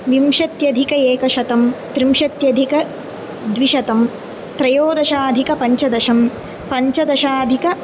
विंशत्यधिक एकशतं त्रिंशत्यधिकद्विशतं त्रयोदशाधिकपञ्चशतं पञ्चदशाधिक